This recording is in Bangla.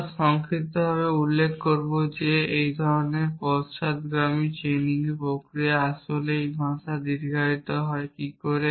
আমরা সংক্ষিপ্তভাবে উল্লেখ করব যে এই ধরনের পশ্চাদগামী চেইনিং প্রক্রিয়া আসলেই এই ভাষা দীর্ঘায়িত করে কি করে